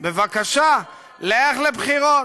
בבקשה, לך לבחירות,